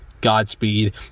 Godspeed